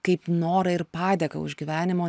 kaip norą ir padėką už gyvenimo